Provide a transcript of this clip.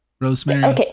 Rosemary